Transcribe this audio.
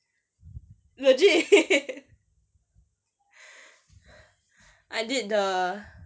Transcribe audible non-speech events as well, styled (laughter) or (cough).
legit (laughs) I did the